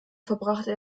verbrachte